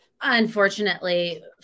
unfortunately